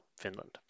Finland